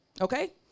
Okay